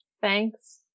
Thanks